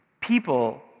people